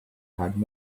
had